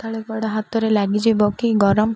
କାଳେ କୁଆଡ଼େ ହାତରେ ଲାଗିଯିବ କି ଗରମ